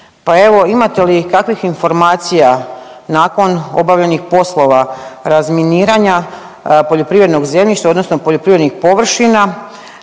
Pa evo, imate li kakvih informacija, nakon obavljenih poslova razminiranja poljoprivrednog zemljišta, odnosno poljoprivrednih površina,